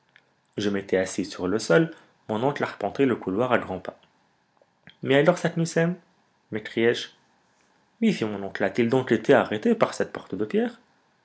je m'étais assis sur le sol mon oncle arpentait le couloir à grands pas mais alors saknussemm m'écriai-je oui fit mon oncle a-t-il donc été arrêté par cette porte de pierre